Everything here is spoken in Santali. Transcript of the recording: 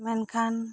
ᱢᱮᱱᱠᱷᱟᱱ